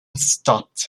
stopped